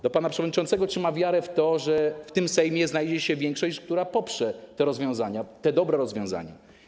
Do pana przewodniczącego: Czy ma wiarę w to, że w tym Sejmie znajdzie się większość, która poprze te dobre rozwiązania?